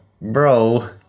bro